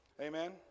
Amen